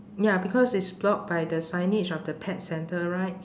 ya because it's blocked by the signage of the pet centre right